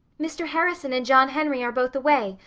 mr. harrison and john henry are both away.